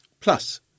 Plus